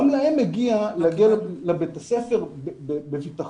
גם להם מגיע להגיע לבית הספר בביטחון.